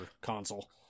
console